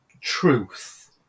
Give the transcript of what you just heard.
truth